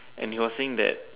and he was saying that